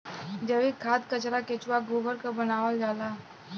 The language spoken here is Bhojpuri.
जैविक खाद कचरा केचुआ गोबर क बनावल जाला